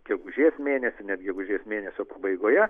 gegužės mėnesį net gegužės mėnesio pabaigoje